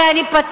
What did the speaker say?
הרי אני פתחתי,